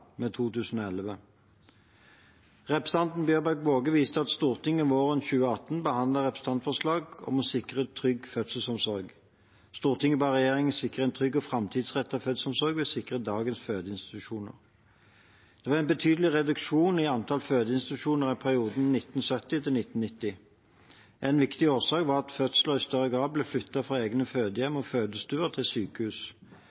med 2011. Representanten Bjørnebekk-Waagen viser til at Stortinget våren 2018 behandlet et representantforslag, Dokument 8:168 S for 2017–2018, om å sikre trygg fødselsomsorg. Stortinget ba regjeringen sikre en trygg og framtidsrettet fødselsomsorg ved å sikre dagens fødeinstitusjoner. Det var en betydelig reduksjon i antall fødeinstitusjoner i perioden 1970–1990. En viktig årsak var at fødsler i større grad ble flyttet fra egne